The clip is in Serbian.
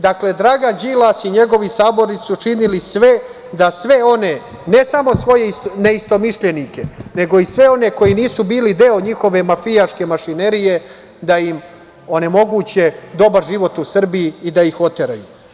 Dakle, Dragan Đilas i njegovi saborci su učinili sve da sve one, ne samo svoje neistomišljenike, nego i sve one koji nisu bili deo njihove mafijaške mašinerije, da im onemoguće dobar život u Srbiji i da ih oteraju.